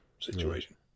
situation